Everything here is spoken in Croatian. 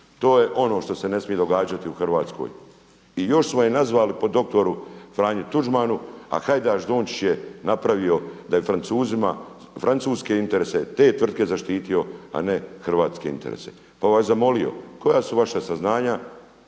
To je ono štose ne smije događati u Hrvatskoj. I još smo je nazvali po dr. Franji Tuđmanu, a Hajdaš Dončić je napravio da je Francuzima francuske interes te tvrtke zaštitio, a ne hrvatske interese. Pa bih vas zamolio koja su vaša saznanja